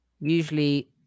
usually